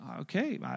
Okay